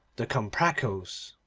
the comprachos,